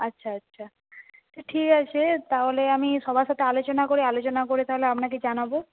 আচ্ছা আচ্ছা তো ঠিক আছে তাহলে আমি সবার সাথে আলোচনা করে আলোচনা করে তাহলে আপনাকে জানাব